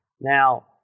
Now